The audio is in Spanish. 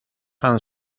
han